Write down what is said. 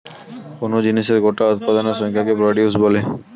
কোন জিনিসের গোটা উৎপাদনের সংখ্যাকে প্রডিউস বলে